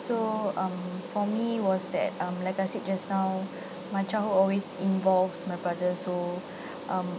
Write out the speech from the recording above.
so um for me was that um like I said just now my childhood always involves my brother so um